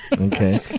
Okay